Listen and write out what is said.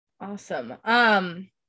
Awesome